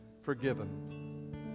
forgiven